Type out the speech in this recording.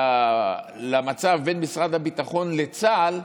למצב בין משרד הביטחון לצה"ל,